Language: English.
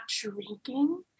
drinking